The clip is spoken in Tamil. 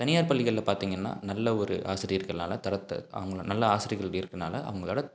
தனியார் பள்ளிகளில் பார்த்தீங்கன்னா நல்ல ஒரு ஆசிரியர்கள்னால தரத்தை அவங்கள நல்ல ஆசிரியர்கள் இருக்கனால அவங்களோட